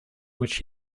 which